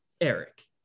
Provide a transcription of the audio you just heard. Eric